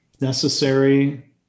necessary